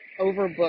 overbooked